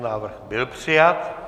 Návrh byl přijat.